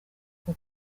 ako